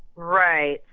right.